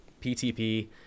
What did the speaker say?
PTP